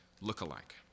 look-alike